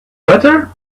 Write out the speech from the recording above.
butter